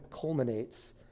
culminates